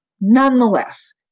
nonetheless